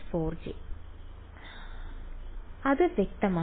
− 4j അത് വ്യക്തമാണ്